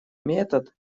метод